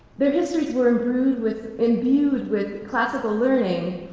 their histories were imbued with imbued with classical learning,